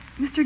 Mr